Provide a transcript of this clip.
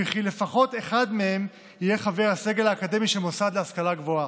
וכי לפחות אחד מהם יהיה חבר הסגל האקדמי של המועצה להשכלה גבוהה.